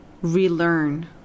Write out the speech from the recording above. relearn